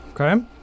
Okay